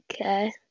Okay